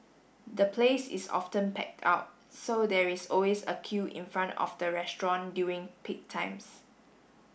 the place is often packed out so there is always a queue in front of the restaurant during peak times